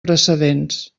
precedents